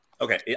Okay